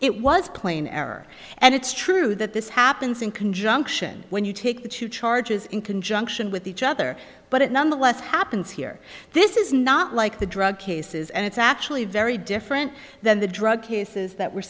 it was plain error and it's true that this happens in conjunction when you take the two charges in conjunction with each other but it nonetheless happens here this is not like the drug cases and it's actually very different than the drug cases that were